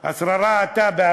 השררה.